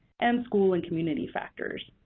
and school and community factors.